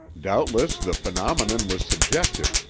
doubtless the phenomenon was subjective,